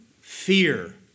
fear